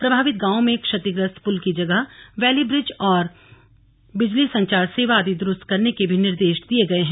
प्रभावित गांवों में क्षतिग्रस्त पुल की जगह वैली ब्रिज बनाने और बिजली संचार सेवा आदि दुरुस्त करने के भी निर्देश दिये गए हैं